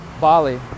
bali